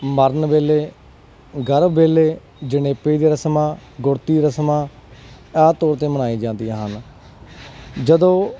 ਮਰਨ ਵੇਲੇ ਗਰਭ ਵੇਲੇ ਜਣੇਪੇ ਦੀਆਂ ਰਸਮਾਂ ਗੁੜ੍ਹਤੀ ਦੀਆਂ ਰਸਮਾਂ ਆਮ ਤੌਰ 'ਤੇ ਮਨਾਈਆਂ ਜਾਂਦੀਆਂ ਹਨ ਜਦੋਂ